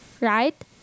Right